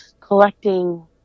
collecting